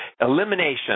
elimination